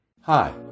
hi